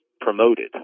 promoted